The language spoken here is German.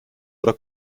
oder